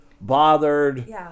bothered